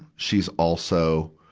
she's also,